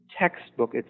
textbook